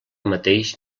mateix